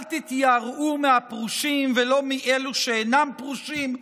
אל תתייראו מהפרושים ולא מאלו שאינם פרושים,